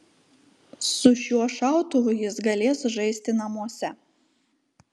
su šiuo šautuvu jis galės žaisti namuose